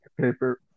paper